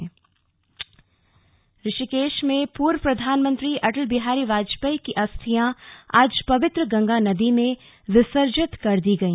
अस्थि कलश ऋषिकेश में पूर्व प्रधानमंत्री अटल बिहारी वाजपेयी की अस्थियां आज पवित्र गंगा नदी में विसर्जित कर दी गई